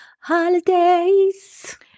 holidays